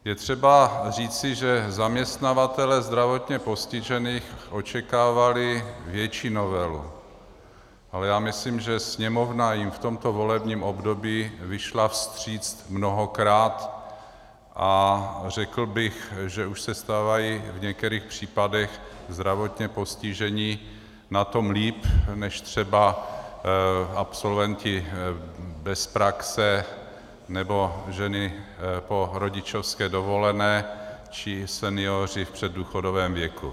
Je třeba říci, že zaměstnavatelé zdravotně postižených očekávali větší novelu, ale já myslím, že Sněmovna jim v tomto volebním období vyšla vstříc mnohokrát a řekl bych, že už se stávají v některých případech zdravotně postižení na tom líp než třeba absolventi bez praxe nebo ženy po rodičovské dovolené či senioři v předdůchodovém věku.